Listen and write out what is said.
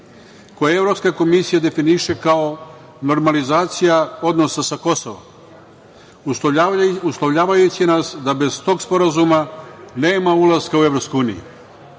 kojeg Evropska komisija definiše kao normalizacija odnosa sa Kosovom, uslovljavajući nas da bez tog sporazuma nema ulaska u Evropsku uniju. Iz